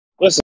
Listen